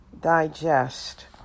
digest